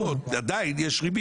עדיין יש ריבית.